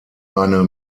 eine